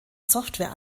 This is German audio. software